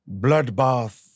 bloodbath